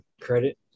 credit